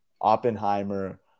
Oppenheimer